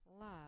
love